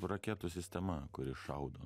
raketų sistema kuri šaudo